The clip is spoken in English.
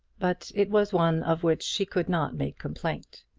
but it was one of which she could not make complaint.